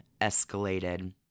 escalated